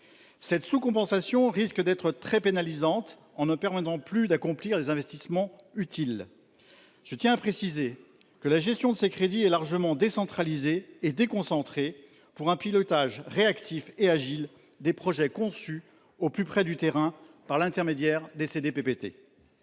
Cette sous-compensation risque d'être très pénalisante en ne permettront plus d'accomplir les investissements utiles. Je tiens à préciser que la gestion de ses crédits et largement décentralisés et déconcentrés pour un pilotage réactif et Agile des projets conçus au plus près du terrain, par l'intermédiaire des CD PPT.